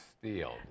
steel